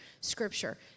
Scripture